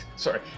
Sorry